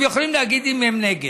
הם יכולים להגיד אם הם נגד.